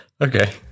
Okay